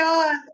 God